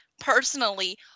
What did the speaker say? personally